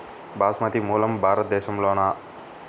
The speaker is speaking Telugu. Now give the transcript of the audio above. బాస్మతి మూలం భారతదేశంలోనా?